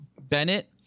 bennett